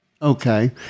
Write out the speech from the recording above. Okay